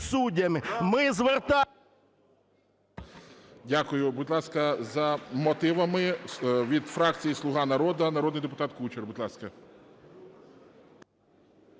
Дякую. Будь ласка, за мотивами від фракції "Слуга народу" народний депутат Кучер.